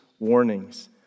Warnings